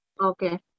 Okay